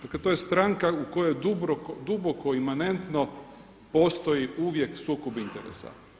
Dakle, to je stranka u kojoj duboko imanentno postoji uvijek sukob interesa.